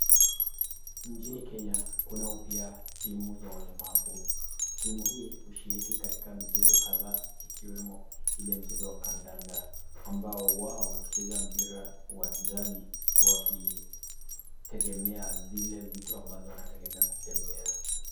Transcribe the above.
Nchini Kenya, kunao pia timu ya walemavu. Timu hii hushiriki katika michezo kadhaa ikiwemo ile mchezo ya kandanda ambao wao hucheza mpira uwanjani, wakitegemea zile vitu ambazo wanategemea kutembea.